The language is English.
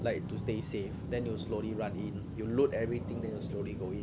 like to stay safe then you will slowly run in you load everything then you slowly go eat